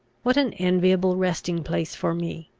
what an enviable resting-place for me,